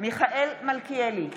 מיכאל מלכיאלי,